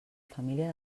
família